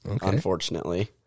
unfortunately